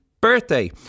birthday